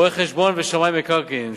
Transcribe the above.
רואי-חשבון או שמאי מקרקעין,